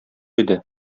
иде